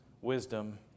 wisdom